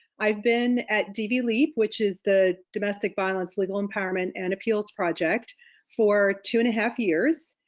i've been at dv leap, which is the domestic violence legal empowerment and appeals project for two and a half years.